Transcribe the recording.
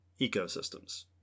ecosystems